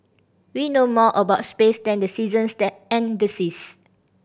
we know more about space than the seasons then and the seas